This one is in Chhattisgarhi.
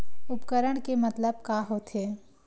उपकरण के मतलब का होथे?